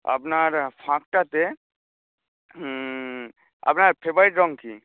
আপনার ফাঁকটাতে হুম আপনার ফেভারিট রং কী